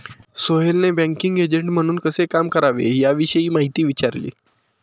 सोहेलने banking agent म्हणून कसे काम करावे याविषयी माहिती विचारली